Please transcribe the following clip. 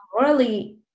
morally